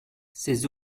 ses